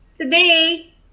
today